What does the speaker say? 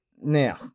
Now